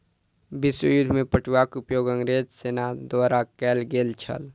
विश्व युद्ध में पटुआक उपयोग अंग्रेज सेना द्वारा कयल गेल छल